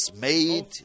made